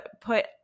put